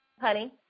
Honey